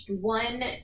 One